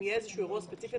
אם יהיה אירוע ספציפי,